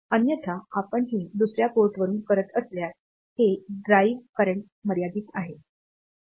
अन्यथा आपण हे दुसर्या पोर्टवरून करत असल्यास हे ड्राइव्ह करंट मर्यादित आहे